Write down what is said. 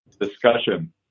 discussion